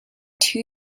two